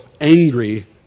angry